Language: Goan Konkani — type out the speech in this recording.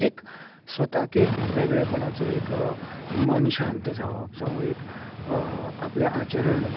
एक स्वताक एक वेगळेपणाचो एक मन शांत जावप जावं एक आपले आचरण